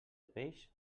peix